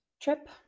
trip